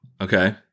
Okay